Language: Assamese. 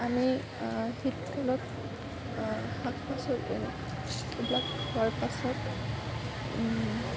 আমি শীতকালত শাক পাচলি এইবিলাক হোৱাৰ পাছত